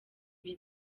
ibi